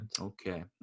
okay